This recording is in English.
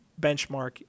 benchmark